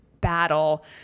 battle